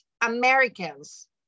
Americans